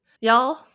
y'all